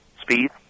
Speed